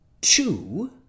two